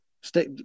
Stay